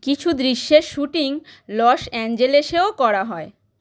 কিছু দৃশ্যের শ্যুটিং লস অ্যাঞ্জেলেসেও করা হয়